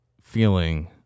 feeling